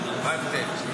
מה ההבדל?